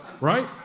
Right